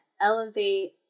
elevate